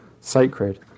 sacred